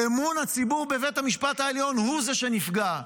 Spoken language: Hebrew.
אמון הציבור בבית המשפט העליון הוא זה שנפגע,